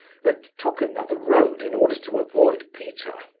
but took another road in order to avoid peter.